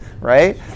right